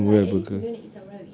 I want samurai burger